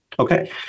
Okay